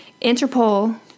Interpol